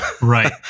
right